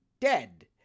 dead